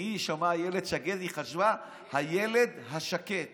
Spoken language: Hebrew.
היא שמעה אילת שקד